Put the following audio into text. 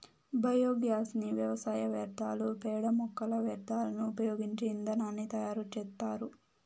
biogas ని వ్యవసాయ వ్యర్థాలు, పేడ, మొక్కల వ్యర్థాలను ఉపయోగించి ఇంధనాన్ని తయారు చేత్తారు